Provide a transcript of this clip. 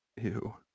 Ew